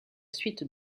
suite